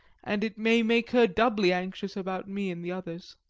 and it may make her doubly anxious about me and the others.